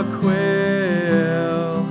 quill